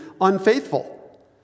unfaithful